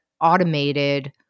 automated